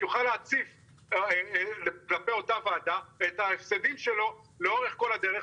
יוכל להציף כלפי אותה ועדה את ההפסדים לאורך כל הדרך.